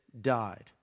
died